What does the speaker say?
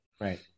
Right